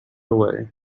away